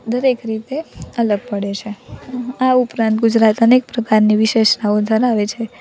દરેક રીતે અલગ પડે છે આ ઉપરાંત ગુજરાત અનેક પ્રકારની વિશેષતાઓ ધરાવે છે